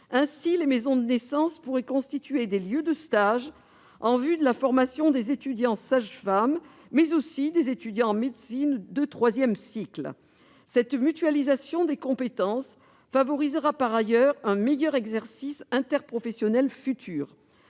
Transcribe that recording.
Ainsi, les maisons de naissance pourraient constituer des lieux de stage en vue de la formation des étudiants sages-femmes, mais aussi des étudiants en médecine de troisième cycle. Cette mutualisation des compétences favorisera, par ailleurs, un meilleur exercice interprofessionnel futur.